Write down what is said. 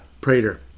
Prater